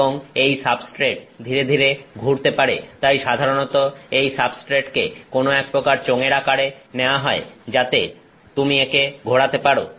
এবং এই সাবস্ট্রেট ধীরে ধীরে ঘুরতে পারে তাই সাধারণত এই সাবস্ট্রেটকে কোন একপ্রকার চোঙের আকারে নেওয়া হয় যাতে তুমি একে ঘোরাতে পারো